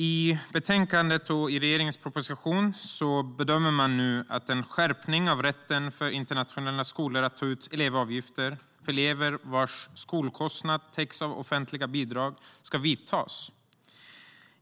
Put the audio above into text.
I betänkandet och i regeringens proposition bedöms att en skärpning av rätten för internationella skolor att ta ut elevavgifter för elever vilkas skolkostnad täcks av offentliga bidrag ska göras.